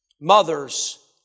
Mothers